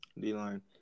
D-line